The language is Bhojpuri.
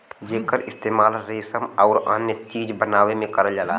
जेकर इस्तेमाल रेसम आउर अन्य चीज बनावे में करल जाला